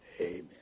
amen